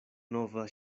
nova